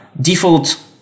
default